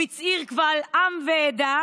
הוא הצהיר קבל עם ועדה